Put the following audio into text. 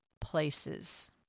places